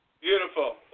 Beautiful